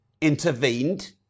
intervened